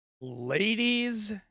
Ladies